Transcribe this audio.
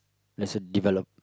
lesser developed